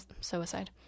suicide